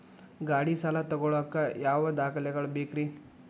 ಗಾಡಿ ಸಾಲ ತಗೋಳಾಕ ಯಾವ ದಾಖಲೆಗಳ ಬೇಕ್ರಿ?